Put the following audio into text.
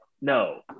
No